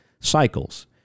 cycles